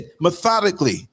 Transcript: Methodically